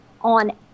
on